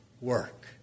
work